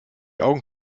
augen